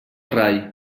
rai